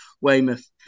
Weymouth